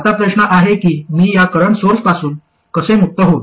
आता प्रश्न आहे की मी या करंट सोर्सपासून कसे मुक्त होऊ